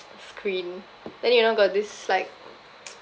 screen then you know got this like